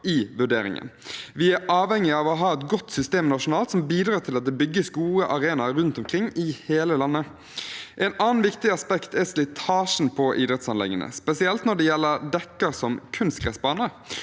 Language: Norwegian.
i finansieringen av 2023 idrettsanlegg nalt som bidrar til at det bygges gode arenaer rundt omkring i hele landet. Et annen viktig aspekt er slitasjen på idrettsanleggene, spesielt når det gjelder dekker som kunstgressbaner.